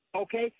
Okay